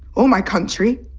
or my country.